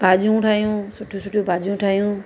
भाॼियूं ठाहियूं सुठियूं सुठियूं भाॼियूं ठाहियूं